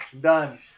done